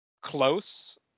close